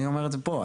אני אומר את זה פה.